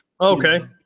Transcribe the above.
okay